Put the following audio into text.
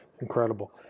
Incredible